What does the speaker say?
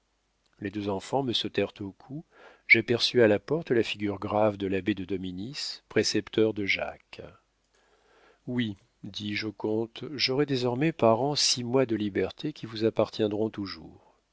les deux enfants me sautèrent au cou j'aperçus à la porte la figure grave de l'abbé de dominis précepteur de jacques oui dis-je au comte j'aurai désormais par an six mois de liberté qui vous appartiendront toujours